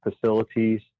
facilities